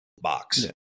box